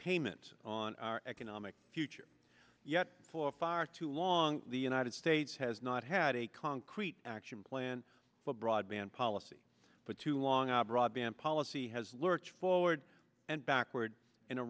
payment on our economic future yet for far too long the united states has not had a concrete action plan for broadband policy for too long our broadband policy has lurched forward and backward in a